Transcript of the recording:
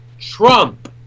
Trump